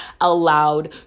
allowed